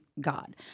God